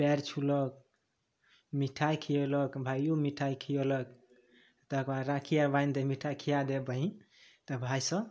पाएर छुलक मिठाइ खियेलक भाइयो मिठाइ खियेलक तकरबाद राखी आर बाइन्धि दे मिठाइ खिया दे बहिन तऽ भाइ सब